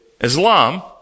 Islam